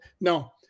No